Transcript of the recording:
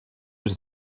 was